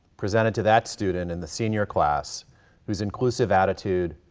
presented to that student in the senior class whose inclusive attitude,